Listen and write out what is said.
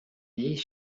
this